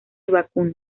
vacuno